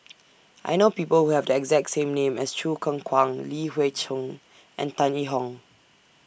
I know People Who Have The exact name as Choo Keng Kwang Li Hui Cheng and Tan Yee Hong